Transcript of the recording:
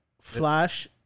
Flash